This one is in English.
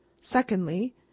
Secondly